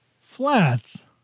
Flats